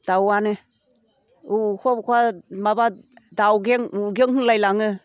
दाउआनो अबेखौबा अबेखौबा माबा दाउगें उगें होनलायलाङो